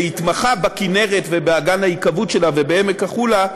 בכינרת ובאגן ההיקוות שלה ובעמק החולה,